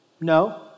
No